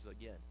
again